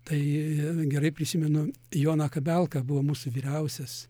tai gerai prisimenu joną kabelką buvo mūsų vyriausias